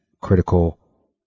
critical